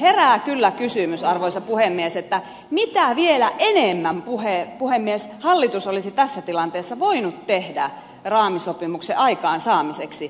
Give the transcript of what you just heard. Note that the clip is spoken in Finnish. herää kyllä kysymys arvoisa puhemies mitä vielä enemmän hallitus olisi tässä tilanteessa voinut tehdä raamisopimuksen aikaansaamiseksi